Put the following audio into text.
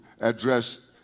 address